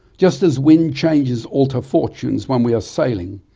just as wind changes alter fortunes when we are sailing,